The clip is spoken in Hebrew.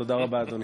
תודה רבה, אדוני.